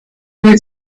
went